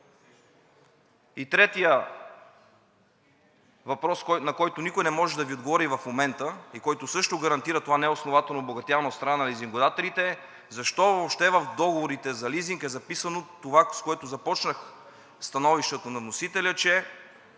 И третият въпрос, на който никой не може да Ви отговори в момента и който също гарантира това неоснователно обогатяване от страна на лизингодателите: защо въобще в договорите за лизинг е записано това, с което започнах становището на вносителя – че